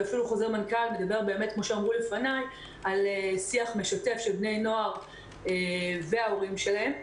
ואפילו חוזר מנכ"ל דיבר על שיח משתף של בני נוער וההורים שלהם.